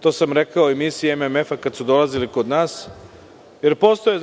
to sam rekao i misiji MMF kada su dolazili kod nas, jer postoje